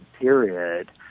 period